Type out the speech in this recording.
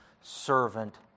servant